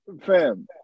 Fam